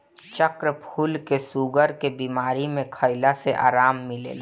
चक्रफूल के शुगर के बीमारी में खइला से आराम मिलेला